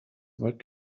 what